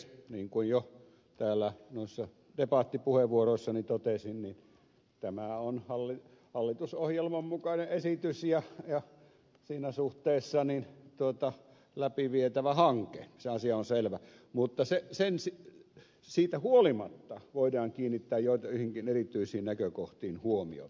niin kuin jo täällä noissa debattipuheenvuoroissani totesin tämä on hallitusohjelman mukainen esitys ja siinä suhteessa läpivietävä hanke se asia on selvä mutta siitä huolimatta voidaan kiinnittää joihinkin erityisiin näkökohtiin huomiota